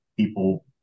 people